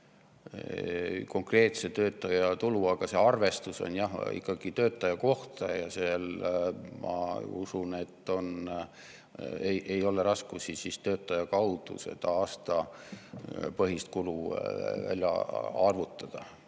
konkreetse töötaja tulu. Aga see arvestus on ikkagi töötaja kohta ja ma usun, et ei ole raskusi töötaja kaudu seda aastapõhist kulu välja arvutada,